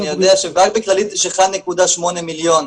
אני יודע שרק בכללית יש 1.8 מיליון.